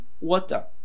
water